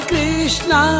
Krishna